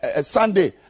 Sunday